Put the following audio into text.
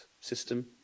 system